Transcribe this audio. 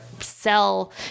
sell